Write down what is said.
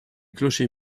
clocher